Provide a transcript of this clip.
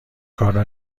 کارو